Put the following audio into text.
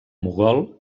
mogol